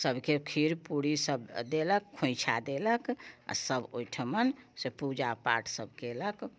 सभकेँ खीर पूरी सभ देलक खोइँछा देलक आ सभ ओहिठमन से पूजा पाठ सभ कयलक